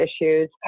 issues